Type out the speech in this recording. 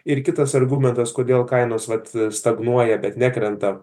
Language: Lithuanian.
ir kitas argumentas kodėl kainos vat stagnuoja bet nekrenta